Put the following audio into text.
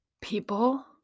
people